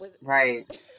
Right